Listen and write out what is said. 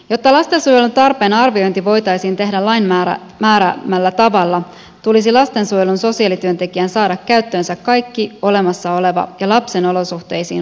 jotta lastensuojelun tarpeen arviointi voitaisiin tehdä lain määräämällä tavalla tulisi lastensuojelun sosiaalityöntekijän saada käyttöönsä kaikki olemassa oleva ja lapsen olosuhteisiin vaikuttava tieto